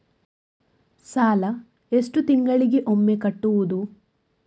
ಸಾಲ ಎಷ್ಟು ತಿಂಗಳಿಗೆ ಒಮ್ಮೆ ಕಟ್ಟುವುದು?